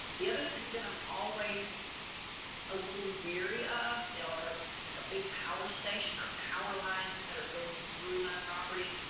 the other thing that i'm always a little weary of it or like a big power station or power lines that are going through my property.